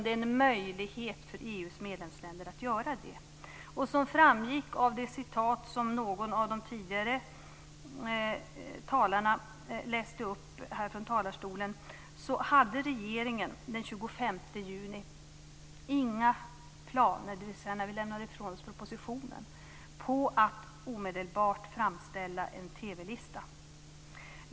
Det är en möjlighet för EU:s medlemsländer att göra det. Som framgick av det citat som någon av de tidigare talarna läste upp här från talarstolen hade regeringen den 25 juni, dvs. när den lämnade ifrån sig propositionen, inga planer på att omedelbart framställa en TV-lista.